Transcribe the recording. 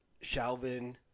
Shalvin